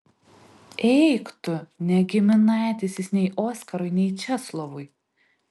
eik tu ne giminaitis jis nei oskarui nei česlovui